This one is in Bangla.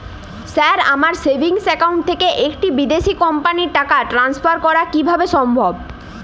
স্যার আমার সেভিংস একাউন্ট থেকে একটি বিদেশি কোম্পানিকে টাকা ট্রান্সফার করা কীভাবে সম্ভব?